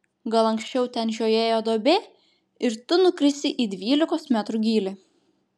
gal anksčiau ten žiojėjo duobė ir tu nukrisi į dvylikos metrų gylį